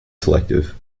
selective